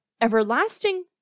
Everlasting